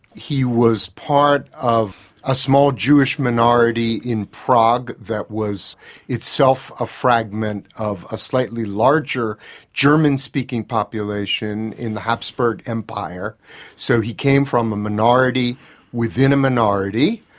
he was part of a small jewish minority in prague that was itself a fragment of a slightly larger german-speaking population in the habsburg empire so he came from a minority within a minority.